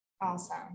Awesome